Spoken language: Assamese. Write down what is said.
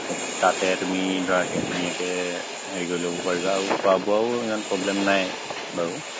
তাতে তুমি ধৰাকৈ ধুনীয়াকৈ হেৰি কৰি ল'ব পাৰিবা আৰু খোৱা বোৱাও ইমান প্ৰব্লেম নাই বাৰু